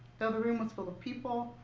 though the room was full of people,